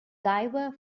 diver